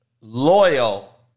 loyal